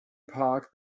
park